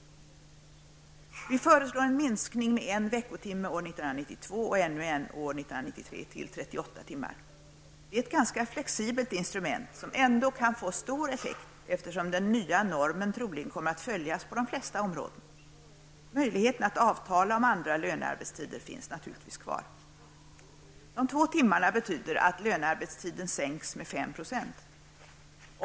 Vi föreslår en minskning med en veckotimme år 1992 och ännu en år 1993 till 38 timmar. Det är ett ganska flexibelt instrument, som ändå kan få stor effekt, eftersom den nya normen troligen kommer att följas på de flesta områden. Möjligheten att avtala om andra lönearbetstider finns naturligtvis kvar. De två timmarna betyder att lönearbetstiden minskas med 5 %.